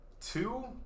two